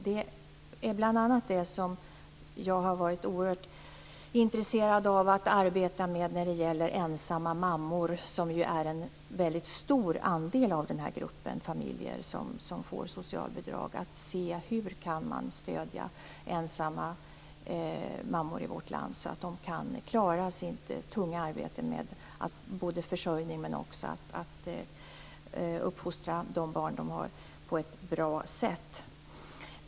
Det är bl.a. det som jag har varit oerhört intresserad av att arbeta med när det gäller ensamma mammor. De utgör ju en väldigt stor andel av den grupp familjer som får socialbidrag. Jag är intresserad av att se hur man kan stödja ensamma mammor i vårt land så att de kan klara sitt tunga arbete med att båda försörja och uppfostra sina barn på ett bra sätt.